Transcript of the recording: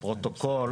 לבקש לפרוטוקול